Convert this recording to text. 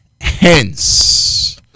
Hence